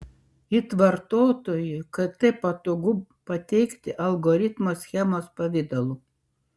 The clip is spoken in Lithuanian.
it vartotojui kt patogu pateikti algoritmo schemos pavidalu